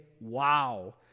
wow